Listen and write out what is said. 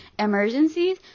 emergencies